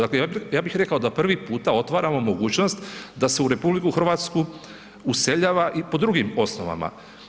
Dakle, ja bih rekao da prvi puta otvaramo mogućnost da se u RH useljava i po drugim osnovama.